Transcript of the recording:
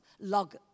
log